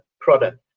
product